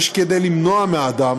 יש כדי למנוע מאדם